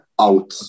out